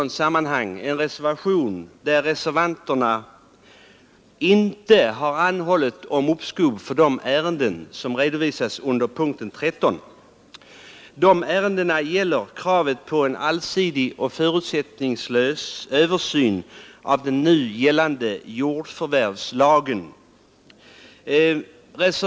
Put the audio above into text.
Det har nämligen avgivits en reservation innebärande att utskottet inte skall anhålla om uppskov för de ärenden som redovisas under punkten 13 i betänkandet. Det rör sig om kravet på en allsidig och förutsättningslös översyn av den nu gällande jordförvärvslagen.